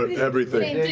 everything.